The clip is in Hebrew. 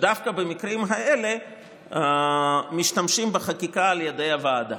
במקרים האלה משתמשים בחקיקה על ידי הוועדה.